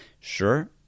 Sure